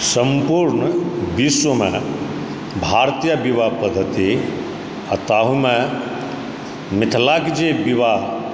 सम्पूर्ण विश्वमे भारतीय विवाह पद्धति आ ताहूमे मिथिलाके जे विवाह